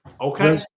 Okay